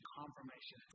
confirmation